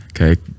okay